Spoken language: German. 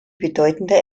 bedeutender